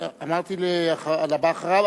אמרתי "לבא אחריו"?